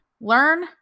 learn